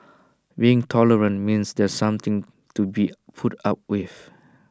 being tolerant means there's something to be put up with